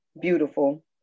beautiful